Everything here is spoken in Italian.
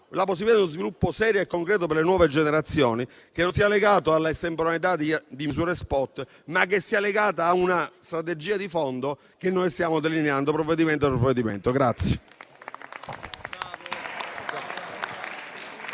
una possibilità di sviluppo serio e concreto per le nuove generazioni che sia legata non alla estemporaneità di misure *spot*, ma a una strategia di fondo che stiamo delineando, provvedimento dopo provvedimento.